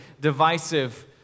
divisive